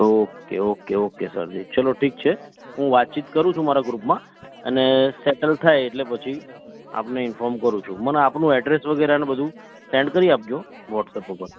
okay okay okay સરજી ચલો ઠીક છે હું વાતચીત કરું છું મારા ગ્રુપમાં અને સેટલ થાય એટલે પછી આપને ઇન્ફોર્મ કરું છું મને આપનુ એડ્રેસ વગેર ને બધુ સેન્ડ કરી આપજો વ્હોટ્સઅપ ઉપર